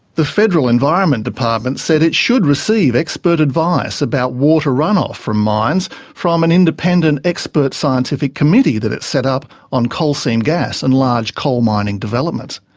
the federal environment department said it should receive expert advice about water runoff from mines from an independent expert scientific committee that it set up on coal seam gas and large coal mining development.